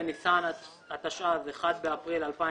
בניסן התשע"ז (1 באפריל 2017)